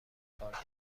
کار